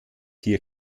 hier